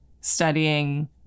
studying